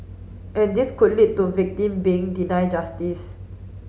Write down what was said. and this could lead to victim being deny justice